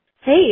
Hey